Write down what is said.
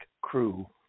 crew